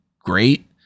great